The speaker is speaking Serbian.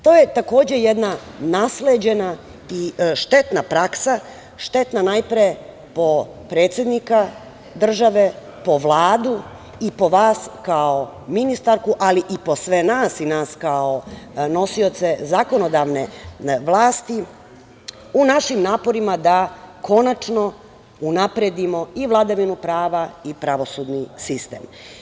To je takođe jedna nasleđena i štetna praksa, štetna najpre po predsednika države, po Vladu i po vas kao ministarku, ali po sve nas i nas kao nosioce zakonodavne vlasti u našim naporima da, konačno unapredimo i vladavinu prava i pravosudni sistem.